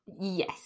yes